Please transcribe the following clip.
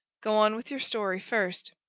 go on with your story, first.